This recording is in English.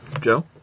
Joe